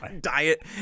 Diet